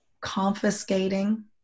Confiscating